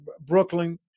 Brooklyn